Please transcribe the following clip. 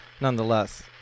nonetheless